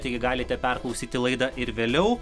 taigi galite perklausyti laidą ir vėliau